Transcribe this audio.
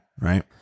right